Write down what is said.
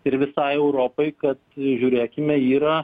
ir visai europai kad žiūrėkime yra